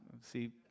See